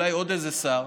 אולי עוד איזה שר: